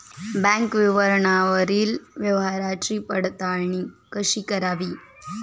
Bank विवरणावरील व्यवहाराची पडताळणी कशी करावी?